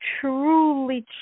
truly